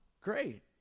great